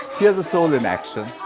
here's a sole in action.